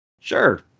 Sure